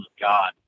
God